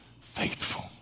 faithful